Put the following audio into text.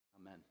amen